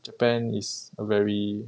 japan is a very